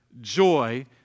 joy